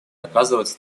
оказывать